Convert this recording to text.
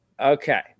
Okay